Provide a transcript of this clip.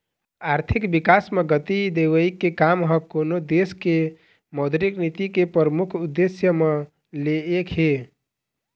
आरथिक बिकास म गति देवई के काम ह कोनो देश के मौद्रिक नीति के परमुख उद्देश्य म ले एक हे